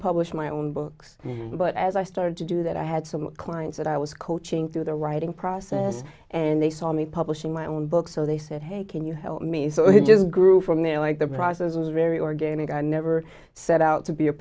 publish my own books but as i started to do that i had some clients that i was coaching through the writing process and they saw me publishing my own book so they said hey can you help me so he just grew from there like the process was very organic i never set out to be a